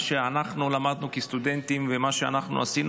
מה שאנחנו למדנו כסטודנטים ומה שאנחנו עשינו